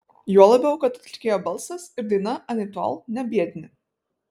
juo labiau kad atlikėjo balsas ir daina anaiptol ne biedni